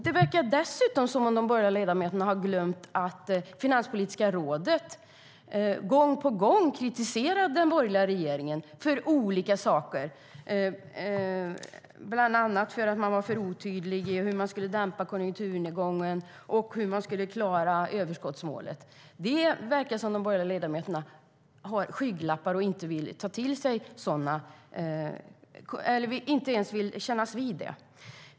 Det verkar dessutom som att de borgerliga ledamöterna har glömt att Finanspolitiska rådet gång på gång kritiserade den borgerliga regeringen för olika saker, bland annat för att man var för otydlig med hur man skulle dämpa konjunkturnedgången och hur man skulle klara överskottsmålet. Det verkar som att de borgerliga ledamöterna har skygglappar och inte vill kännas vid detta.